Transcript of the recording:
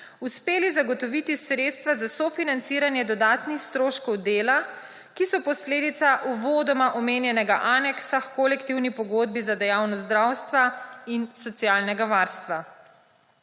uspeli zagotoviti sredstva za sofinanciranje dodatnih stroškov dela, ki so posledica uvodoma omenjenega aneksa h kolektivni pogodbi za dejavnost zdravstva in socialnega varstva.